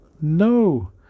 No